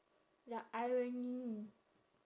the irony